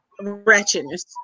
wretchedness